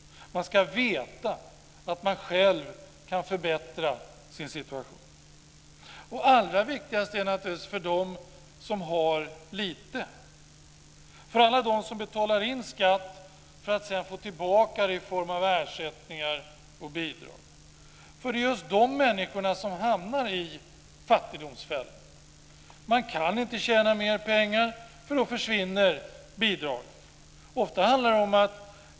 Man ska veta att man själv kan förbättra sin situation. Allra viktigast är det naturligtvis för dem som har lite, för alla dem som betalar in skatt för att sedan få tillbaka den i form av ersättningar och bidrag. Det är just de människorna som hamnar i fattigdomsfällan. Man kan inte tjäna mer pengar, för då försvinner bidragen.